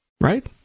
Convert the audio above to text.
Right